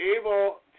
able